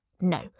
No